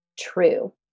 true